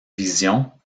vision